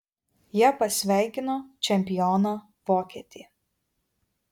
jie pasveikino čempioną vokietį